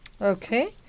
Okay